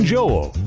Joel